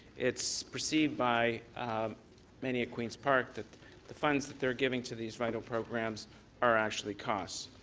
it's perceived by many at queens park that the funds that they're giving to these vital programs are actually costs.